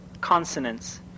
consonants